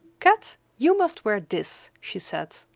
kat, you must wear this, she said.